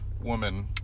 woman